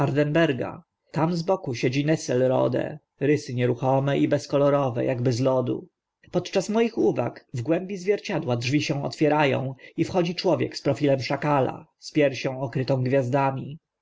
hardenberga tam z boku siedzi nesselrode rysy nieruchome i bezkolorowe akby z lodu podczas moich uwag w głębi zwierciadła drzwi się otwiera ą i wchodzi człowiek z profilem szakala z piersią okrytą gwiazdami